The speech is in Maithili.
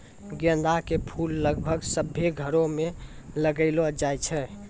गेंदा के फूल लगभग सभ्भे घरो मे लगैलो जाय छै